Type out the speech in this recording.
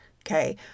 okay